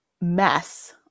mess